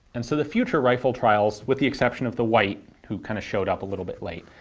and so the future rifle trials, with the exception of the white who kind of showed up a little bit late,